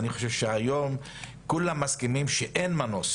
אני חושב שהיום כולם מסכימים שאין מנוס